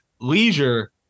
leisure